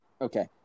Okay